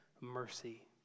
mercy